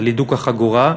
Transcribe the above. על הידוק החגורה.